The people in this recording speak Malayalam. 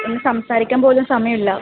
ഒന്ന് സംസാരിക്കാൻ പോലും സമയം ഇല്ല